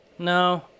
No